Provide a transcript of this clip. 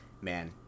man